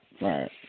Right